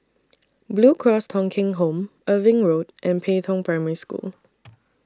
Blue Cross Thong Kheng Home Irving Road and Pei Tong Primary School